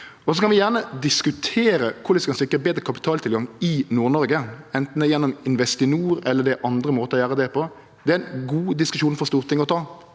Vi kan gjerne diskutere korleis vi skal sikre betre kapitaltilgang i Nord-Noreg anten gjennom Investinor eller om det er andre måtar å gjere det på. Det er ein god diskusjon for Stortinget å ta.